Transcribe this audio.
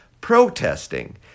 protesting